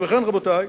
ובכן, רבותי,